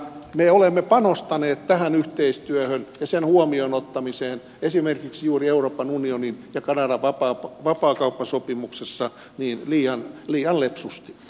me olemme panostaneet tähän yhteistyöhön ja sen huomioon ottamiseen esimerkiksi juuri euroopan unionin ja kanadan vapaakauppasopimuksessa liian lepsusti